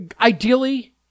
ideally